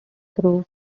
through